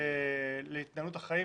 להתנהלות החיים.